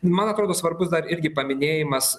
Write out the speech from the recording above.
man atrodo svarbus dar irgi paminėjimas